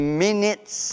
minutes